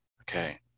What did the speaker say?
Okay